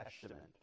Testament